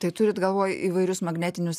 tai turit galvoj įvairius magnetinius